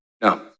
No